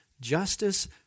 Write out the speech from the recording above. Justice